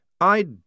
I